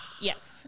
Yes